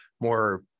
more